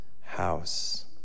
house